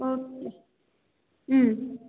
okay अँ